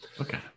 Okay